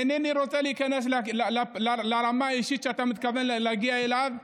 אינני רוצה להיכנס לרמה האישית שאתה מתכוון להגיע אליה.